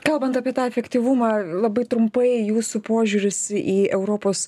kalbant apie tą efektyvumą labai trumpai jūsų požiūris į europos